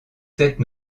sept